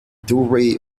doorway